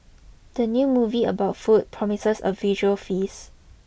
the new movie about food promises a visual feast